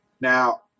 Now